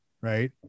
right